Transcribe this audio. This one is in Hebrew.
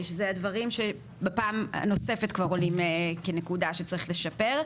שזה דברים שבפעם הנוספת כבר עולים כנקודות שצריך לשפר.